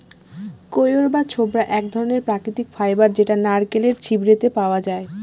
কইর বা ছবড়া এক ধরনের প্রাকৃতিক ফাইবার যেটা নারকেলের ছিবড়েতে পাওয়া যায়